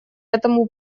этому